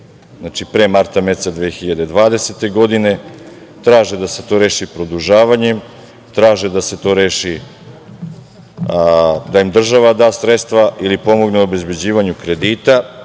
pre marta meseca 2020. godine, traže da se to reši produžavanjem, traže da se to reši da im država da sredstva ili im pomogne u obezbeđivanju kredita.